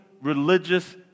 religious